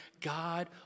God